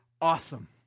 Awesome